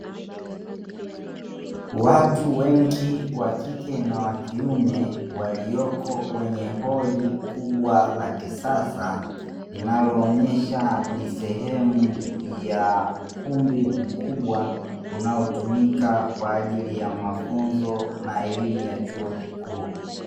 Watu wengi wa kike na wa kiume walioko kwenye holi kubwa la kisasa, linaloonyesha ni sehemu ya ukumbi mkubwa unaotumika kwa ajili ya mafunzo na elimu ya chuo kikuu.